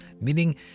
Meaning